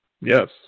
Yes